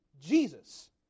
Jesus